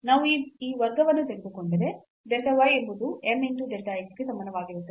ನಾವು ಇಲ್ಲಿ ಈ ಮಾರ್ಗವನ್ನು ತೆಗೆದುಕೊಂಡರೆ delta y ಎಂಬುದು m into delta x ಗೆ ಸಮಾನವಾಗಿರುತ್ತದೆ